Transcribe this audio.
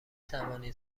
توانید